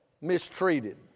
mistreated